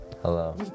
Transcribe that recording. hello